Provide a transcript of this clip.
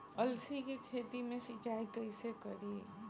अलसी के खेती मे सिचाई कइसे करी?